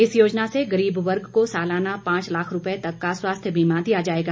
इस योजना से गरीब वर्ग को सालाना पांच लाख रुपए तक का स्वास्थ्य बीमा दिया जाएगा